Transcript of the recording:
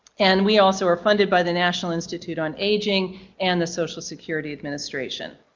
and we also are funded by the national institute on aging and the social security administration.